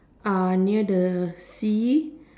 uh near the sea